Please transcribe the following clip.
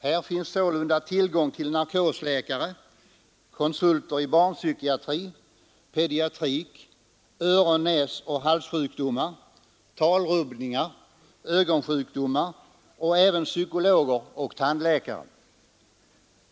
Det finns sålunda tillgång till narkosläkare och konsulter i barnpsykiatri, pediatrik, öron-, näsoch halssjukdomar, talrubbningar och ögonsjukdomar samt psykologer och tandläkare.